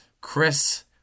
Chris